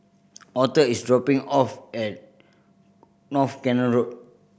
Author is dropping off at North Canal Road